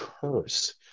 curse